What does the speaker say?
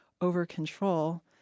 over-control –